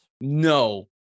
No